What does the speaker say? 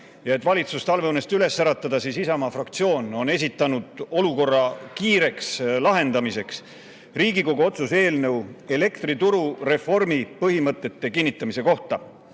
valitsust talveunest üles äratada, on Isamaa fraktsioon esitanud olukorra kiireks lahendamiseks Riigikogu otsuse eelnõu elektrituru reformi põhimõtete kinnitamise kohta,